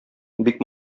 бик